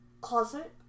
Closet